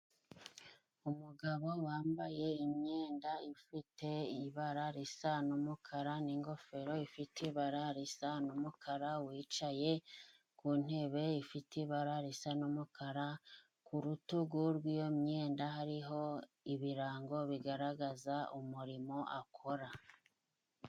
Umugabo wambaye imyenda ifite ibara risa n'umukara n'ingofero ifite ibara risa n'umukara, wicaye mu ntebe ifite ibara risa n'umukara. Ku rutugu rw'iyo myenda hariho ibirango bigaragaza umurimo akora.